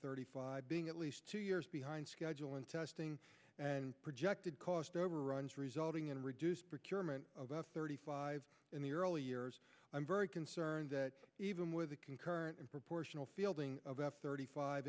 thirty five being at least two years behind schedule and testing projected cost overruns resulting in reduced about thirty five in the early years i'm very concerned that even with a concurrent proportional fielding about thirty five